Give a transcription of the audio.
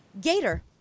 Gator